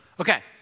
Okay